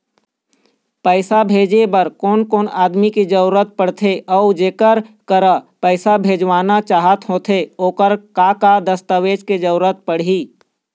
पैसा भेजे बार कोन कोन आदमी के जरूरत पड़ते अऊ जेकर करा पैसा भेजवाना चाहत होथे ओकर का का दस्तावेज के जरूरत पड़ही?